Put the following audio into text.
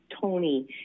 Tony